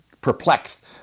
perplexed